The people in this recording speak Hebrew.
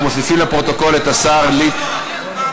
אנחנו מוסיפים לפרוטוקול את השר ליצמן.